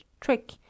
trick